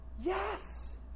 Yes